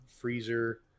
freezer